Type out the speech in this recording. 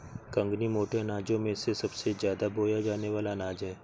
कंगनी मोटे अनाजों में सबसे ज्यादा बोया जाने वाला अनाज है